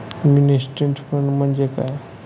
Mini statement म्हणजे काय?